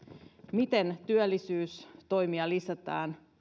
miten työllisyystoimia lisätään